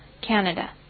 Canada